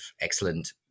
excellent